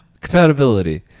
Compatibility